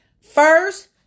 First